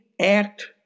act